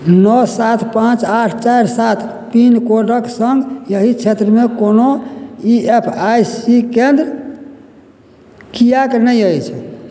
नओ सात पाँच आठ चारि सात पिनकोडक संग एहि क्षेत्रमे कोनो ई एस आइ सी केंद्र किएक नहि अछि